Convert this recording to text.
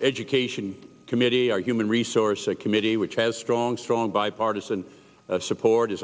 education committee our human resources committee which has strong strong bipartisan support is